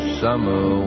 summer